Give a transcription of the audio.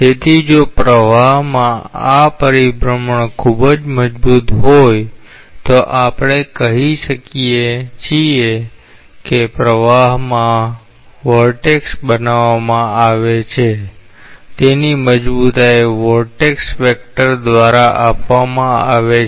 તેથી જો પ્રવાહમાં આ પરિભ્રમણ ખૂબ જ મજબૂત હોય તો આપણે કહીએ છીએ કે પ્રવાહમાં વમળ બનાવવામાં આવે છે અને તેની મજબૂતાઈ વોર્ટેક્સ વેક્ટર દ્વારા આપવામાં આવે છે